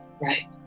Right